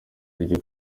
iryo